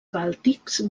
bàltics